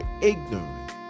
ignorant